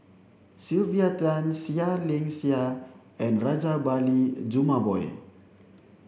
Sylvia Tan Seah Liang Seah and Rajabali Jumabhoy